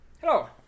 Hello